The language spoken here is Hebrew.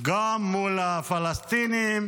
גם מול הפלסטינים.